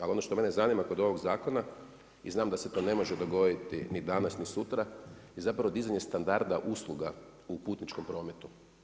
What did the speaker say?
Ali ono što mene zanima kod ovog zakona i znam da se to ne može dogoditi ni danas ni sutra je zapravo dizanje standarda usluga u putničkom prometu.